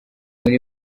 muri